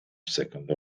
second